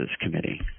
Committee